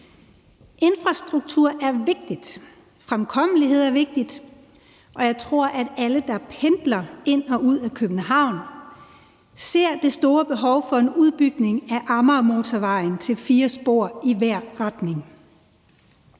Infrastruktur er vigtigt, fremkommelighed er vigtigt, og jeg tror, at alle, der pendler ind og ud af København, ser det store behov for en udbygning af Amagermotorvejen til fire spor i hver retning.